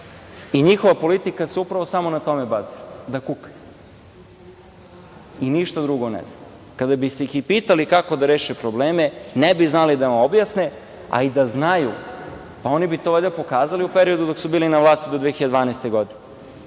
Njihova politika se upravo samo na tome bazira – da kukaju. Ništa drugo ne znaju. Kada biste ih i pitali kako da reše probleme, ne bi znali da vam objasne. I da znaju, oni bi to valjda pokazali u periodu dok su bili na vlasti do 2012. godine.